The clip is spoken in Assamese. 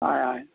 হয় হয়